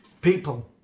People